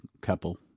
couple